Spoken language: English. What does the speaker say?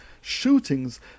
shootings